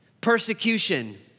persecution